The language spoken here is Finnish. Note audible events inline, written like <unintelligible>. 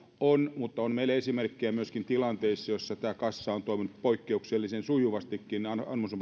on mutta on meillä esimerkkejä myöskin tilanteista joissa kassa on toiminut poikkeuksellisen sujuvastikin anomus <unintelligible>